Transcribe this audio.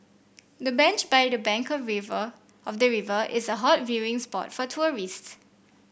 the bench by the bank the river of the river is a hot viewing spot for tourists